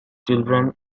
children